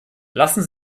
lassen